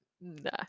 nah